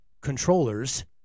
controllers